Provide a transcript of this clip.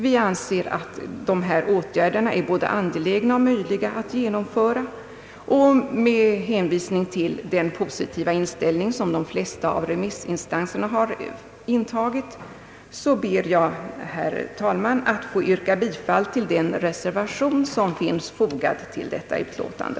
Vi anser att dessa åtgärder är både angelägna och möjliga att genomföra, och med hänvisning till den positiva ställning som de flesta av remissinstanserna har intagit ber jag, herr talman, att få yrka bifall till den reservation som är fogad till detta utlåtande.